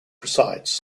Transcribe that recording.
presides